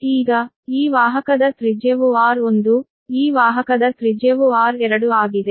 ಈಗ ಈ ವಾಹಕದ ತ್ರಿಜ್ಯವು r1 ಸರಿ ಈ ವಾಹಕದ ತ್ರಿಜ್ಯವು r2 ಆಗಿದೆ